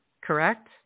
Correct